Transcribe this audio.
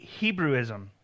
Hebrewism